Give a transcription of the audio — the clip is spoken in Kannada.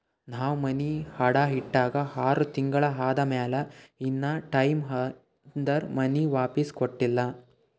ನಾವ್ ಮನಿ ಅಡಾ ಇಟ್ಟಾಗ ಆರ್ ತಿಂಗುಳ ಆದಮ್ಯಾಲ ಇನಾ ಟೈಮ್ ಅದಂತ್ ಮನಿ ವಾಪಿಸ್ ಕೊಟ್ಟಿಲ್ಲ